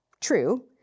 True